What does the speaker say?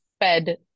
fed